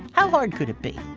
how hard could it be?